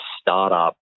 startup